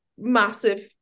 massive